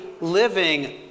living